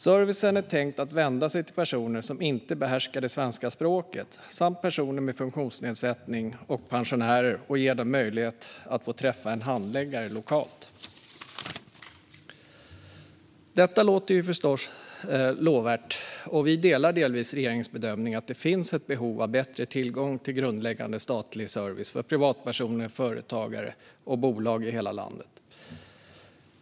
Servicen är tänkt att vända sig till personer som inte behärskar det svenska språket samt personer med funktionsnedsättning och pensionärer och ge dem möjligheten att få träffa en handläggare lokalt. Detta låter förstås lovvärt, och vi delar delvis regeringens bedömning att det finns ett behov av bättre tillgång till grundläggande statlig service för privatpersoner, företagare och bolag i hela landet.